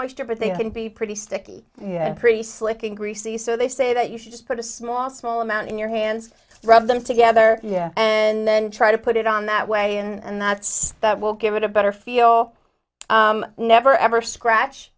washed up but they can be pretty sticky yeah pretty slick and greasy so they say that you should just put a small small amount in your hands rub them together yeah and then try to put it on that way and that's that will give it a better feel never ever scratch